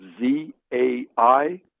Z-A-I